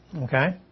Okay